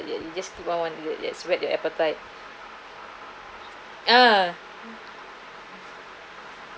i~ it just keep on whet your appetite ah